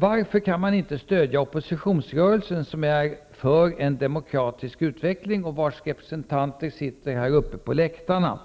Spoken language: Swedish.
Varför kan man inte stödja oppositionsrörelsen, som är för en demokratisk utveckling och vars representanter sitter här uppe på läktaren?